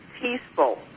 peaceful